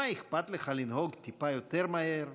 מה אכפת לך לנהוג טיפה יותר מהר?